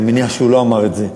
אני מניח שהוא לא אמר את זה.